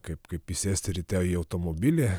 kaip kaip įsėsti ryte į automobilį